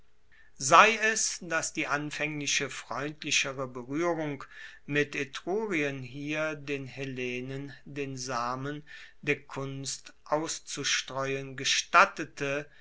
sei es dass die anfaengliche freundlichere beruehrung mit etrurien hier den hellenen den samen der kunst auszustreuen gestattete